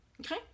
okay